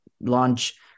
launch